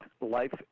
life